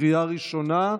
קריאה ראשונה.